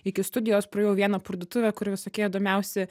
iki studijos praėjau vieną parduotuvė kur visokie įdomiausi